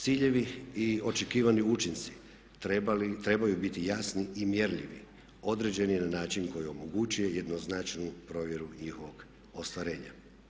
Ciljevi i očekivani učinci trebaju biti jasni i mjerljivi, određeni na način koji omogućuje jednoznačnu provjeru njihovog ostvarenja.